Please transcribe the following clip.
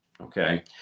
okay